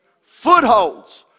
Footholds